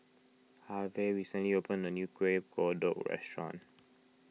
Harve recently opened a new Kuih Kodok restaurant